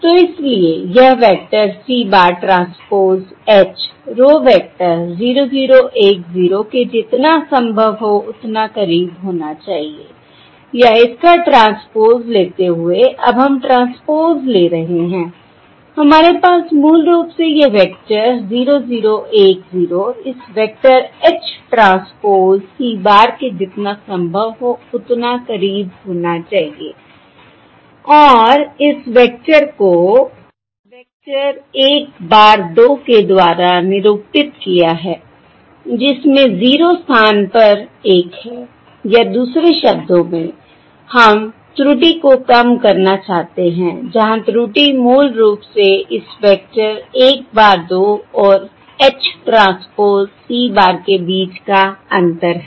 तो इसलिए यह vector c bar transpose H row vector 0 0 1 0 के जितना संभव हो उतना करीब होना चाहिए या इसका ट्रांसपोज़ लेते हुए अब हम ट्रांसपोज़ ले रहे हैं हमारे पास मूल रूप से यह वेक्टर 0 0 1 0 इस vector H transpose c bar के जितना संभव हो उतना करीब होना चाहिए और इस वेक्टर को वेक्टर 1 bar 2 के द्वारा निरूपित किया है जिसमें जीरो स्थान पर एक है या दूसरे शब्दों में हम त्रुटि को कम करना चाहते हैं जहां त्रुटि मूल रूप से इस वेक्टर 1 bar 2 और H ट्रांसपोज़ c bar के बीच का अंतर है